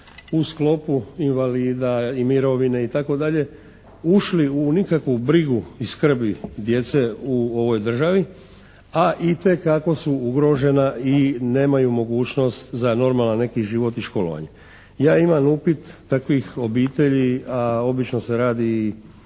u sklopu invalida i mirovine itd. ušli u nikakvu brigu i skrbi djece u ovoj državi, a itekako su ugrožena i nemaju mogućnost za normalan neki život i školovanje. Ja imam upit takvih obitelji, a obično se radi i